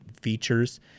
features